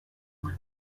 gouin